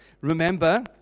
Remember